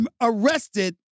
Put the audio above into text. arrested